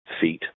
feet